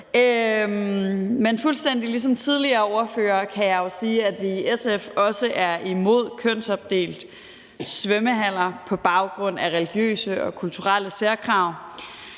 ligesom tidligere ordførere sige, at vi i SF også er imod kønsopdelte svømmehaller på baggrund af religiøse og kulturelle særkrav.